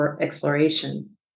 exploration